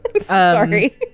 Sorry